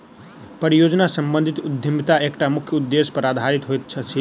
परियोजना सम्बंधित उद्यमिता एकटा मुख्य उदेश्य पर आधारित होइत अछि